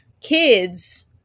Kids